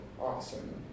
awesome